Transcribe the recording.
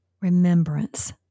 remembrance